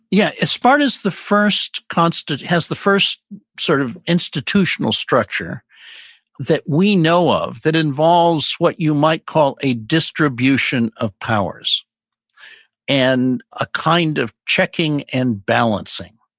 yeah as far as the first constant has the first sort of institutional structure that we know of that involves what you might call a distribution of powers and a kind of checking and balancing.